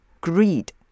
greed